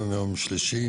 היום יום שלישי,